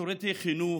שירותי חינוך,